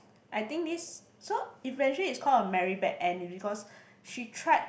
I think this so eventually is call a merry bad end which is because she tried